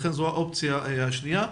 זו האופציה השנייה.